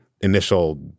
initial